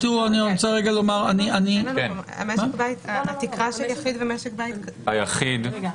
משק הבית כרגע